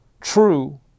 true